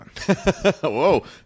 Whoa